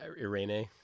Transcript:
Irene